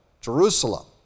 Jerusalem